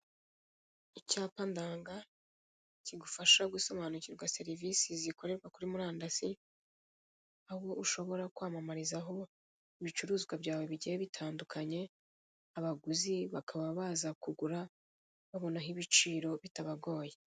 Icyapa ndanga kigufasha gusobanukirwa serivise zikorerwa kuri murandasi aho ushobora kwamamarizaho ibicuruzwa byawe bigiye bitandukanye abaguzi bakaba baza kugura babonaho ibiciro bitabagoye.